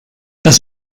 das